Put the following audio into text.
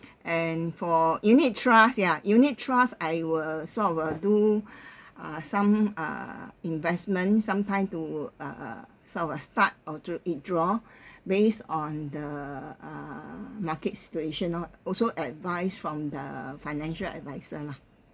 and for unit trust ya unit trust I were sort of uh do uh some uh investment some time to uh uh sort of start or to withdraw based on the err markets situation lor also advice from the financial adviser lah